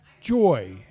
joy